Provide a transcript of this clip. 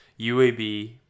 UAB